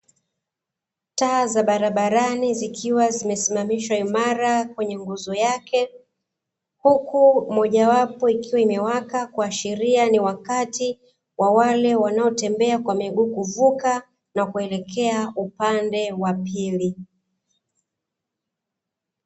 Taa za barabarani zikiwa zimesimamishwa imara kwenye nguzo yake, huku mojawapo ikiwa imewaka kuashiria ni wakati wa wale wanaotembea kwa miguu kuvuka na kuelekea upande wa pili.